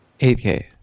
8k